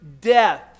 death